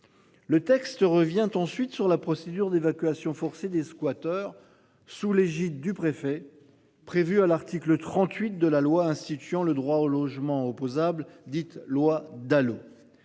Le texte revient ensuite sur la procédure d'évacuation forcée des squatters sous l'égide du préfet prévue à l'article 38 de la loi instituant le droit au logement opposable, dite loi Dalo.